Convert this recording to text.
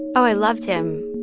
i loved him.